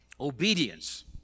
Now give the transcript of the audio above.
obedience